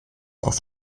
auf